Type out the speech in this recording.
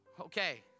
Okay